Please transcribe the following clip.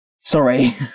sorry